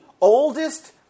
oldest